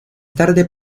tarde